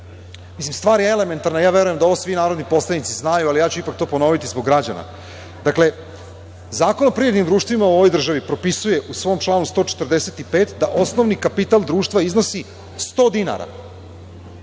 Mislim, stvar je elementarna, verujem da ovo svi narodni poslanici znaju, ali ponoviću ipak to zbog građana. Dakle, Zakon o privrednim društvima u ovoj državi propisuje u svom članu 145. da osnovni kapital društva iznosi 100 dinara.